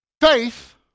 faith